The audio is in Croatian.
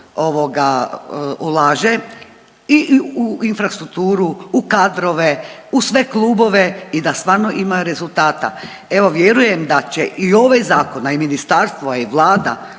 ulaže i u infrastrukturu, u kadrove, u sve klubove i da stvarno ima rezultata. Evo, vjerujem da će i ovaj zakon, a i ministarstvo, a i Vlada